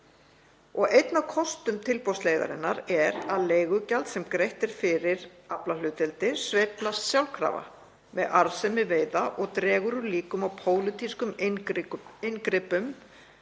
Einn af kostum tilboðsleiðarinnar er að leigugjald sem greitt er fyrir aflahlutdeildir sveiflast sjálfkrafa með arðsemi veiða og dregur úr líkum á pólitískum inngripum